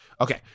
Okay